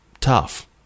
tough